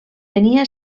tenia